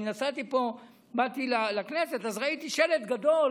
אני נסעתי פה, באתי לכנסת, ראיתי שלט גדול